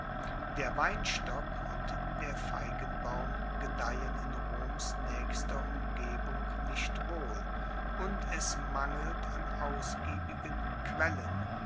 der weinstock und der feigenbaum gedeihen in roms naechster umgebung nicht wohl und es mangelt an ausgiebigen quellen